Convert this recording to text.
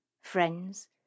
friends